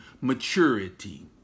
maturity